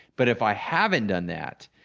but if i haven't done that,